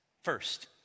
First